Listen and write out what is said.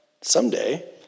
someday